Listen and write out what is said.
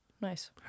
Nice